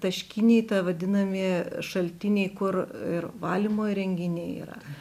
taškiniai ta vadinami šaltiniai kur ir valymo įrenginiai yra